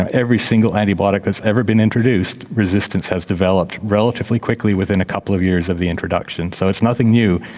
and every single antibiotic that has ever been introduced, resistance has developed relatively quickly within a couple of years of the introduction. so it's nothing new,